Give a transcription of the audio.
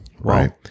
right